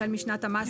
החל משנת המס